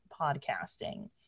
podcasting